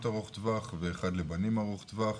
אחד לבנות ארוך טווח ואחד לבנים ארוך טווח,